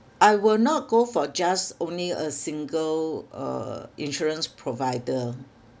I will not go for just only a single uh insurance provider